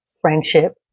friendship